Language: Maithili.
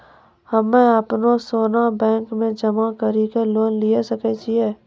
हम्मय अपनो सोना बैंक मे जमा कड़ी के लोन लिये सकय छियै?